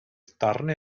darnau